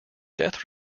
death